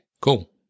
cool